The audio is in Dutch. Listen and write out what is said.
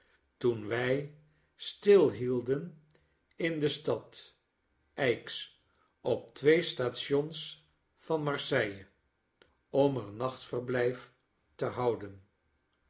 toen wij slilhielden in de stad a i x op twee stations van marseille om er nachtverblijf te houden